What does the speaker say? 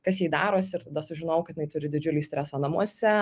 kas jai darosi ir tada sužinojau kad jinai turi didžiulį stresą namuose